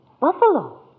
Buffalo